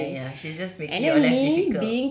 ya ya she's just making your life difficult